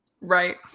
Right